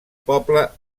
poble